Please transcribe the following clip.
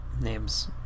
names